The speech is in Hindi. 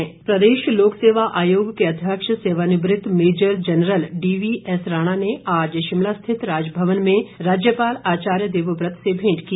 राज्यपाल प्रदेश लोक सेवा आयोग के अध्यक्ष सेवानिवृत मेजर जनरल डीवीएस राणा ने आज शिमला स्थित राजभवन में राज्यपाल आचार्य देवव्रत से भेंट की